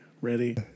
ready